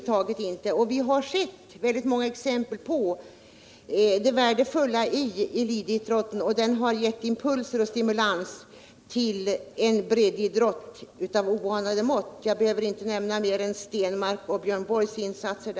Det finns också många exempel på hur värdefull elitidrotten är när det har gällt att ge impulser och stimulans till en breddidrott av oanade mått. Jag behöver bara nämna Ingemar Stenmarks och Björn Borgs insatser.